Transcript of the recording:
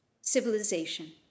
civilization